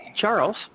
Charles